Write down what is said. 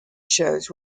shows